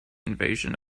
invasion